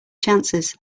chances